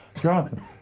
Jonathan